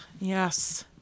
Yes